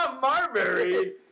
Marbury